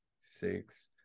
six